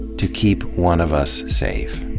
to keep one of us safe,